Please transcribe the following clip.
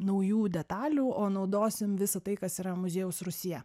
naujų detalių o naudosim visa tai kas yra muziejaus rūsyje